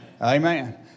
Amen